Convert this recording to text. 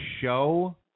show